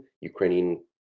Ukrainian